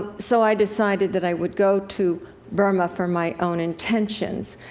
so i decided that i would go to burma for my own intentions,